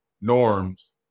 norms